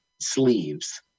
sleeves